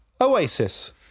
Oasis